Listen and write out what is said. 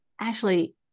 Ashley